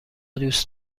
دوست